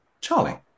Charlie